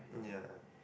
ya